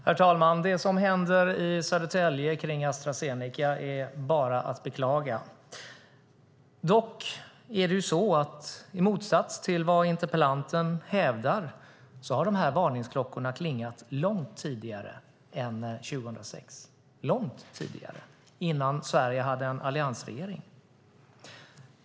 Herr talman! Det som händer i Södertälje med Astra Zeneca är bara att beklaga. Dock, i motsats till vad interpellanten hävdar, har de här varningsklockorna klingat långt tidigare än 2006 - långt innan Sverige hade en alliansregering.